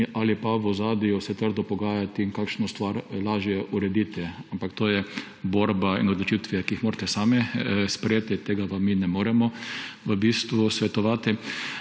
ali pa v ozadju se trdo pogajati in kakšno stvar lažje urediti. Ampak to je borba in odločitve, ki jih morate sami sprejeti, tega vam mi ne moremo v bistvu svetovati.